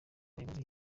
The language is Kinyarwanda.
abayobozi